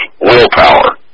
willpower